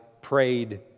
prayed